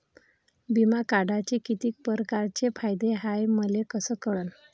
बिमा काढाचे कितीक परकारचे फायदे हाय मले कस कळन?